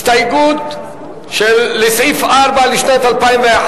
הסתייגות לסעיף 04 לשנת 2011,